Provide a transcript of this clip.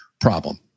problem